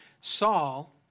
Saul